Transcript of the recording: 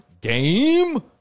game